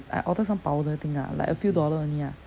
I order some powder thing ah like a few dollar only ah